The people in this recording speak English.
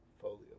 folio